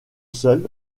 seul